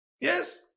Yes